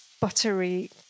buttery